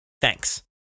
Thanks